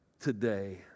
today